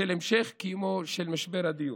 בשל המשך קיומו של משבר הדיור.